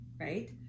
right